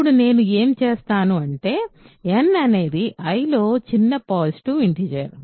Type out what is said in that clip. ఇప్పుడు నేను ఏమి చేస్తాను అంటే n అనేది I లో అతి చిన్న పాజిటివ్ ఇంటిజర్